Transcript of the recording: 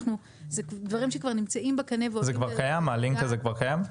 זה דברים שכבר נמצאים בקנה --- הלינק הזה כבר קיים?